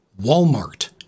Walmart